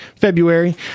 February